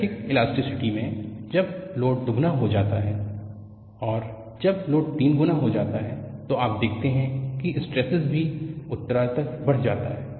रैखिक इलास्टिसिटी में जब लोड दोगुना हो जाता है और जब लोड तीन गुना हो जाता है तो आप देखते है की स्ट्रेसस भी उत्तरोत्तर बढ़ जाता है